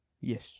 Yes